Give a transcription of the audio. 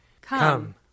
Come